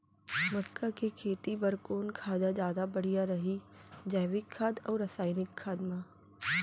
मक्का के खेती बर कोन खाद ह जादा बढ़िया रही, जैविक खाद अऊ रसायनिक खाद मा?